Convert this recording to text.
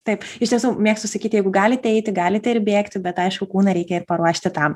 taip iš tiesų mėgstu sakyti jeigu galite eiti galite ir bėgti bet aišku kūną reikia ir paruošti tam